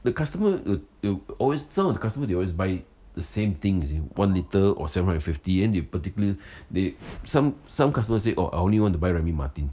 the customer wi~ will always some of the customer they always buy the same things in one litre or seven hundred and fifty and they particularly they some some customers it or I only want to buy Remy Martin